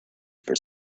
for